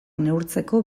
neurtzeko